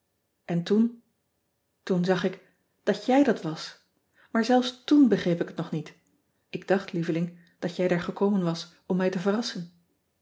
n toen toen zag ik dat jij dat was aar zelfs toen begreep ik het nog niet k dacht lieveling dat jij daar gekomen was om mij te verrassen